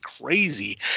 crazy